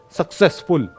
successful